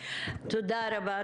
תודה רבה.